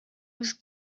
was